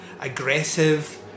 aggressive